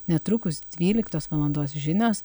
netrukus dvyliktos valandos žinios